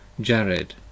Jared